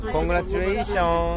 Congratulations